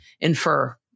infer